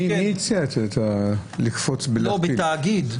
מי הציע לקפוץ, להכפיל?